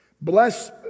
bless